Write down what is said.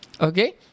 okay